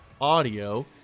Audio